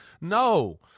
no